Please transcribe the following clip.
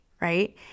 right